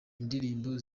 indirimbo